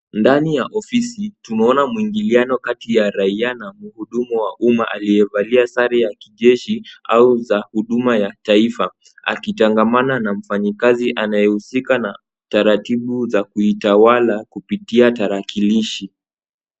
Ndani ya ofisi, tumeona mwiingiliano kati ya raia na mhudumu wa uma aliyevalia sare ya kijeshi au za huduma ya taifa akitangamana na mfanyikazi anayehusika na taratibu za kuitawala kupitia tarakilishi.